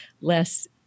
less